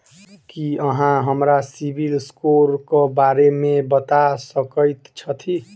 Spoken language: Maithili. की अहाँ हमरा सिबिल स्कोर क बारे मे बता सकइत छथि?